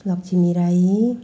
Lakshmi Rai